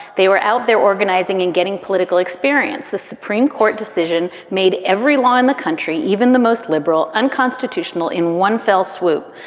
they were out there organizing and getting political experience. the supreme court decision made every law in the country, even the most liberal, unconstitutional unconstitutional in one fell swoop.